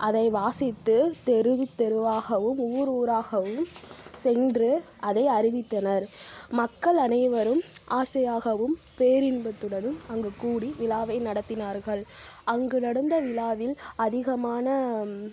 அதை வாசித்து தெரு தெருவாகவும் ஊரு ஊராகவும் சென்று அதை அறிவித்தனர் மக்கள் அனைவரும் ஆசையாகவும் பேரின்பத்துடனும் அங்கு கூடி விழாவை நடத்தினார்கள் அங்கு நடந்த விழாவில் அதிகமான